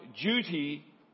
duty